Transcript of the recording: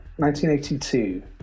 1982